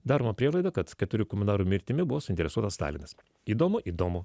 daroma prielaida kad keturių komunarų mirtimi buvo suinteresuotas stalinas įdomu įdomu